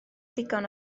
ddigon